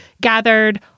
gathered